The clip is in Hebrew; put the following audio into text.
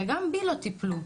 וגם בי לא טיפלו.